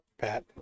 Pat